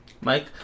Mike